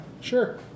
Sure